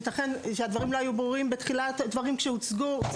ייתכן שהדברים לא היו ברורים בתחילת הדברים כשהוצגו.